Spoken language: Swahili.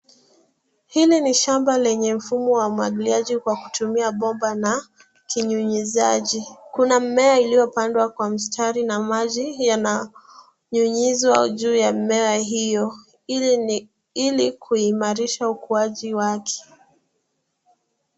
Hili ni shamba lenye mfumo wa umwagiliaji kwa kutumia bomba na kinyunyizaji. Kuna mimea uliopandwa kwa mistari na maji yananyunyishwa juu ya mmea hiyo ilikuimarisha ukuwaji wake.